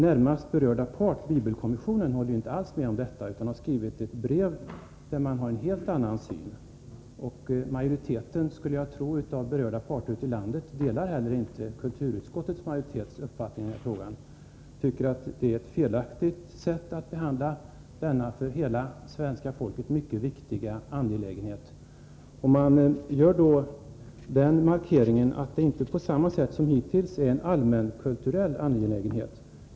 Närmast berörda part, bibelkommissionen, håller inte alls med om detta utan har skrivit ett brev i vilket man framför en helt annan syn. Jag skulle tro att majoriteten av berörda parter ute i landet inte heller delar kulturutskottsmajoritetens uppfattning i den här frågan. Jag tycker att det här är ett felaktigt sätt att behandla denna för hela svenska folket mycket viktiga angelägenhet. Man gör markeringen att detta inte på samma sätt som hittills är en allmänkulturell angelägenhet.